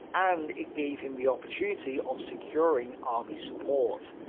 and it gave him the opportunity of securing army support.